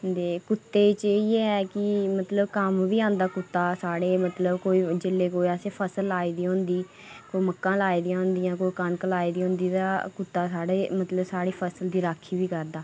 ते कुत्ते ई केह् ऐ कि मतलब कम्म बी औंदा कुत्ता साढ़े मतलब कोई जेल्लै कोई असें फसल लाई दी होंदी कोई मक्कां लाई दियां होंदियां कोई कनक लाई दी होंदी तां कुत्ता साढ़े मतलब साढ़ी फसल दी राक्खी बी करदा